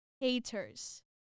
haters